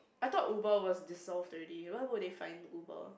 I thought Uber was dissolve already why would they fine Uber